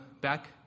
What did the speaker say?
back